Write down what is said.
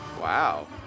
Wow